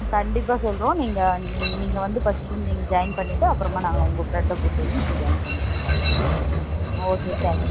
கண்டிப்பாக சொல்லுறோம் நீங்கள் நீங்கள் வந்து ஃபர்ஸ்ட்டு நீங்கள் ஜாயின் பண்ணிவிட்டு அப்புறமா நாங்கள் உங்கள் ஃப்ரெண்டை கூட்டு வந்து நீங்கள் ஜாயின் பண்ணிக்குங்க ஓகே தேங்க்